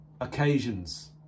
occasions